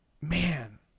man